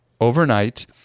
overnight